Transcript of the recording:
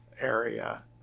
area